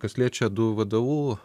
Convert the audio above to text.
kas liečia du vdu